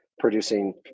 producing